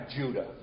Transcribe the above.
Judah